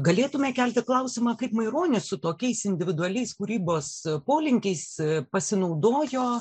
galėtumėme kelti klausimą kaip maironis su tokiais individualiais kūrybos polinkiais pasinaudojo